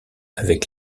avec